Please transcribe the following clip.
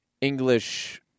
English